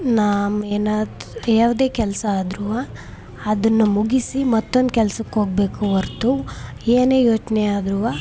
ನಾ ಏನಾದ್ ಯಾವುದೇ ಕೆಲಸ ಆದ್ರು ಅದನ್ನ ಮುಗಿಸಿ ಮತ್ತೊಂದು ಕೆಲ್ಸಕ್ಕೆ ಹೋಗ್ಬೇಕು ಹೊರತು ಏನೇ ಯೋಚನೆ ಆದ್ರು